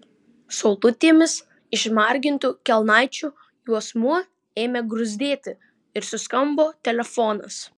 saulutėmis išmargintų kelnaičių juosmuo ėmė gruzdėti ir suskambo telefonas